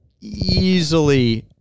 easily